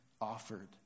offered